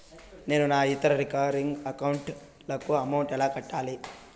నేను నా ఇతర రికరింగ్ అకౌంట్ లకు అమౌంట్ ఎలా కట్టాలి?